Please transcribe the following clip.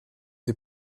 the